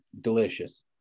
Delicious